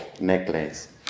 necklace